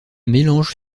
mélange